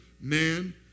man